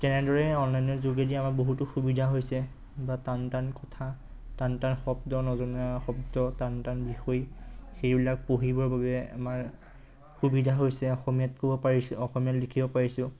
তেনেদৰেই অনলাইনৰ যোগেদি আমাৰ বহুতো সুবিধা হৈছে বা টান টান কথা টান টান শব্দ নজনা শব্দ টান টান বিষয় সেইবিলাক পঢ়িবৰ বাবে আমাৰ সুবিধা হৈছে অসমীয়াত ক'ব পাৰিছোঁ অসমীয়াত লিখিব পাৰিছোঁ